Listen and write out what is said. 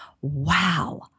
Wow